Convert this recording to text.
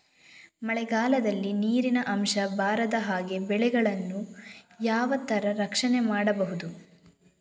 ಮಳೆಗಾಲದಲ್ಲಿ ನೀರಿನ ಅಂಶ ಬಾರದ ಹಾಗೆ ಬೆಳೆಗಳನ್ನು ಯಾವ ತರ ರಕ್ಷಣೆ ಮಾಡ್ಬಹುದು?